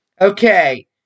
Okay